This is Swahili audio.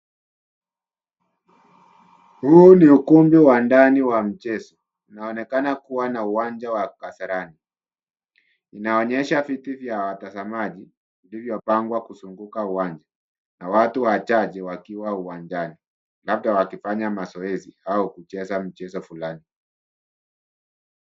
Huu ni ukumbi wa ndani wa mchezo unaonekana kuwa ni uwanja wa Kasarani, inaonyesha viti vya watazamaji vilivyopangwa kuzunguka uwanja na watu wachache wakiwa uwanjani, labda wakifanya mazoezi au kucheza michezo fulani.